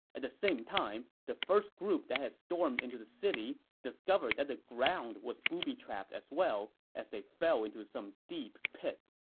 at the same time, the first group that had stormed into the city discovered that the ground was booby-trapped as well, as they fell into some deep pits.